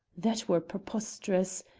that were preposterous!